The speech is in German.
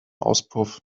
auspuff